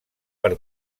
per